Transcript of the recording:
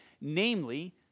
namely